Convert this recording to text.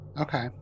Okay